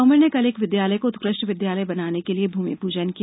तोमर ने कल एक विद्यालय को उत्कृष्ट विद्यालय बनाने के लिए भूमि पूजन किया